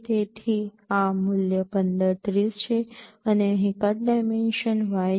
તેથી આ મૂલ્ય ૧૫ ૩૦ છે અને અહીં કટ ડાયમેન્શન y છે